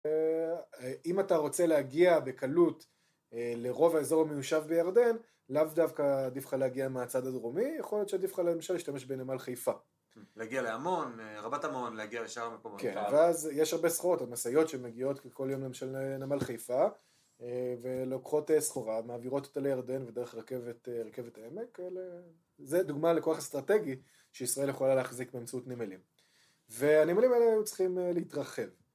אם אתה רוצה להגיע בקלות לרוב האזור המיושב בירדן, לאו דווקא עדיף לך להגיע מהצד הדרומי, יכול להיות שעדיף לך למשל להשתמש בנמל חיפה. להגיע לאמון, רבת אמון, להגיע לשאר המקומות. כן, ואז יש הרבה סחורות, המשאיות שמגיעות כל יום למשל לנמל חיפה, ולוקחות סחורה, מעבירות אותה לירדן בדרך רכבת העמק. זה דוגמה לכוח אסטרטגי שישראל יכולה להחזיק באמצעות נמלים. והנמלים האלה צריכים להתרחב.